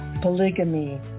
polygamy